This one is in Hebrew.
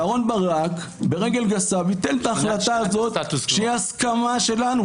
ואהרון ברק ברגל גסה ביטל את ההחלטה הזאת שהיא הסכמה שלנו.